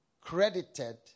credited